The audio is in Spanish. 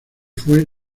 fue